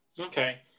Okay